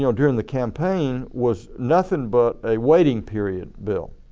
you know during the campaign was nothing but a waiting period bill.